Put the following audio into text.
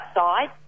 outside